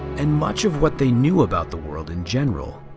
and much of what they knew about the world, in general,